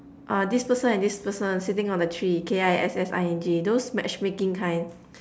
uh this person and this person sitting on a tree K_I_S_S_I_N_G those matchmaking kind